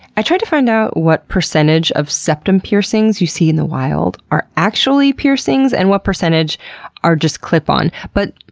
i tried to find out what percentage of septum piercings you see in the wild are actually piercings and what percentage are just clip-on. but,